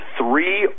three